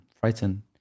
Frightened